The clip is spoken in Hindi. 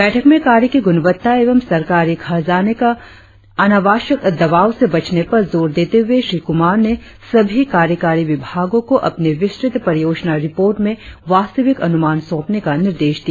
बैठक में कार्य की गुणवत्ता एवं सरकारी खजाने पर अनावश्यक दबाव से बचने पर जोर देते हुए श्री कुमार ने सभी कार्यकारी विभागों को अपनी विस्तृत परियोजना रिर्पोट में वास्तविक अनुमान सौंपने का निर्देश दिया